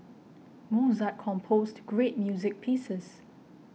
Mozart composed great music pieces